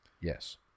Yes